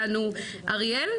תודה לך איילה,